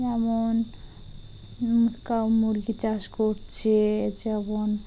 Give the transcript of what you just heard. যেমন কাউ মুরগি চাষ করছে যেমন